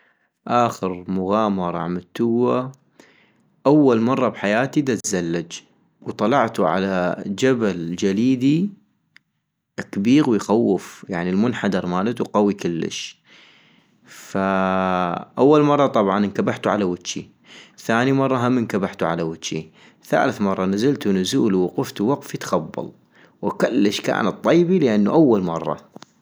آخر مغامرة عملتوها أول مرة بحياتي دزلج ، وطلعتو على جبل جليدي كبيغ ويخوف يعني المنحدر مالتو قوي كلش ، فاول مرة انكبحتو على وجي، ثاني مرة هم انكبحتو على وجي ، ثالث مرة نزلتو نزول ووقفتو وقفي تخبل وكلش كانت طيبي لان أول مرة